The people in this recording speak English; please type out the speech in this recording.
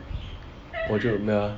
我就没有 ah